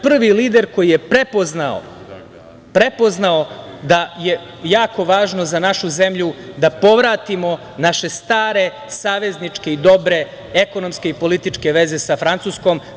Prvi lider koji je prepoznao da je jako važno za našu zemlju da povratimo naše stare savezničke i dobre ekonomske i političke veza sa Francuskom.